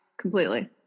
completely